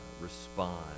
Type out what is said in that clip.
respond